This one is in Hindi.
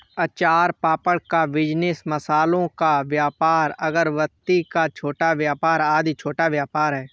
अचार पापड़ का बिजनेस, मसालों का व्यापार, अगरबत्ती का व्यापार आदि छोटा व्यापार है